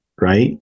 right